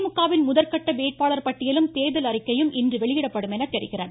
திமுக வின் முதற்கட்ட வேட்பாளர் பட்டியலும் தேர்தல் அறிக்கையும் இன்று வெளியிடப்படும் என தெரிகிறது